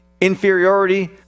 inferiority